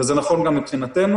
וזה נכון גם מבחינתנו,